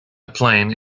plain